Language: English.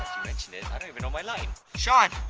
mention it, i don't even know my line. sean.